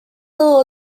little